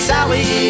Sally